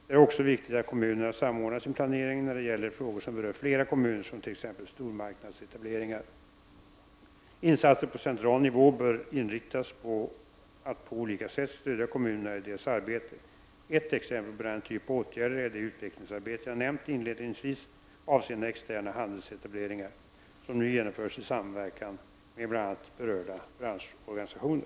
Det är också viktigt att kommunerna samordnar sin planering när det gäller frågor som berör flera kommuner, såsom stormarknadsetableringar. Insatser på central nivå bör inriktas på att på olika sätt stödja kommunerna i deras arbete. Ett exempel på denna typ av åtgärder är det utvecklingsarbete jag nämnt inledningsvis avseende externa handelsetableringar, som nu genomförts i samverkan med bl.a. berörda branschorganisationer.